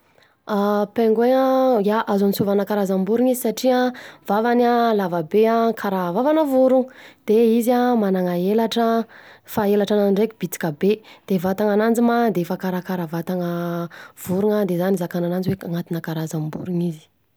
A pingouin an, ia, azo antsovana karazam-borona izy satria an, vavany an, lavabe an karaha vavana vorona, de izy an manana elatra an, fa elatra ananjy ndreka bitika be, de vatana ananjy ma defa karakara vatana vorona, de zany izakana ananjy hoe anatina karazam-borona izy.